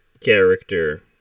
character